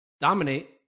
dominate